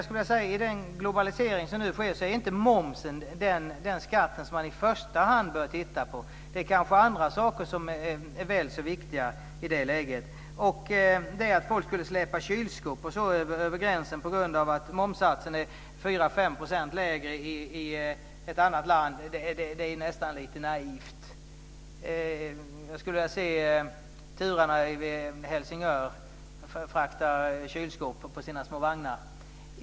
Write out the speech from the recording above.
I den globalisering som nu sker är inte momsen den skatt som man i första hand bör titta på, utan det är kanske andra saker som är väl så viktiga i det läget. Att tro att folk skulle släpa kylskåp m.m. över gränsen på grund av att momssatsen är 4-5 % lägre i ett annat land är lite naivt. Jag skulle vilja se resenärer i Helsingör frakta kylskåp på sina små vagnar.